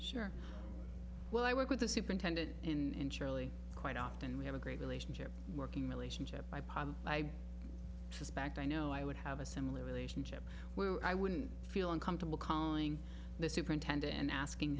sure well i work with the superintendent in charlie quite often we have a great relationship working relationship i pod i suspect i know i would have a similar relationship where i wouldn't feel uncomfortable calling the superintendent and asking